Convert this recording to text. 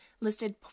listed